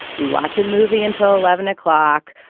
we watch a movie until eleven o'clock.